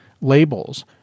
labels